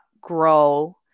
grow